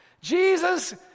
Jesus